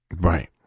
Right